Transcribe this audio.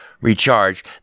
recharge